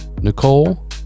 nicole